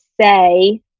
say